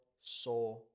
saw